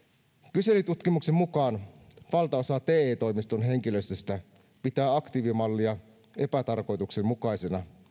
kyselytutkimuksen mukaan valtaosa te toimiston henkilöstöstä pitää aktiivimallia epätarkoituksenmukaisena